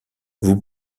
vous